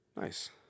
Nice